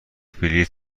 بلیط